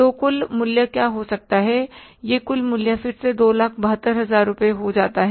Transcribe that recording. तो कुल मूल्य क्या हो जाता है यह कुल मूल्य फिर से 272000 रुपये हो जाता है